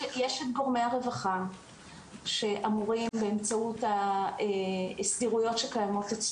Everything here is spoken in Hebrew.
יש את גורמי הרווחה שאמורים באמצעות סדירויות שקיימות.